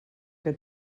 que